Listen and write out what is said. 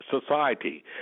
society